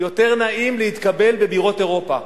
יותר נעים להתקבל בבירות אירופה,